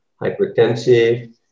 hypertensive